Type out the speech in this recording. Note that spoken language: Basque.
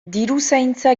diruzaintza